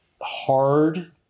hard